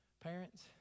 Parents